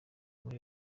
muri